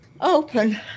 Open